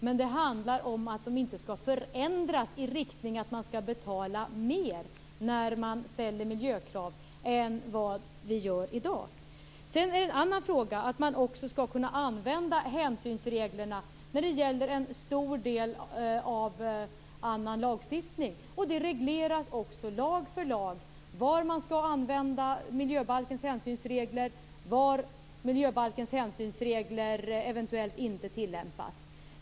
Men det handlar om att de inte skall förändras i den riktningen att man skall betala mer när man ställer miljökrav än vad vi gör i dag. Sedan är det annan fråga att man också skall kunna använda hänsynsreglerna när det gäller en stor del av annan lagstiftning. Det regleras också lag för lag var man skall använda miljöbalkens hänsynsregler och var de eventuellt inte skall tillämpas.